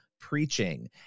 preaching